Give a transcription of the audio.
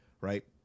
right